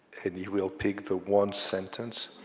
and he will pick the one sentence